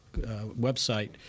website